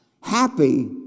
happy